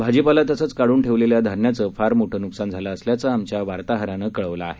भाजीपाला तसंच काढून ठेवलेल्या धान्याचं फार मोठं नुकसान झालं असल्याचं आमच्या वार्ताहरानं कळवलं आहे